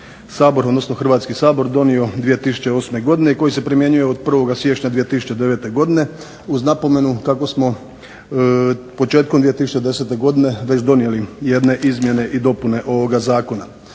Hrvatski sabor donio 2008. godine i koji se primjenjuje od 1. siječnja 2009. godine, uz napomenu kako smo početkom 2010. godine već donijeli jedne izmjene i dopune ovoga zakona.